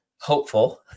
hopeful